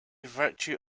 virtue